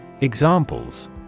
Examples